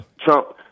Trump